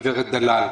הגברת דלל.